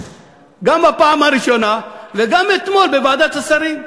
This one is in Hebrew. גם בפעם הראשונה וגם אתמול בוועדת השרים.